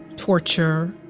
torture,